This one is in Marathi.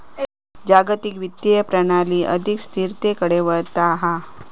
जागतिक वित्तीय प्रणाली अधिक स्थिरतेकडे वळता हा